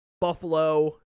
Buffalo